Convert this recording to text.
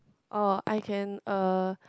orh I can uh